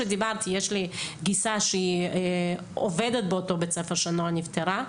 יש לי גיסה שהיא עובדת באותו בית ספר שנועה נפטרה.